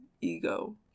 ego